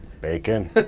Bacon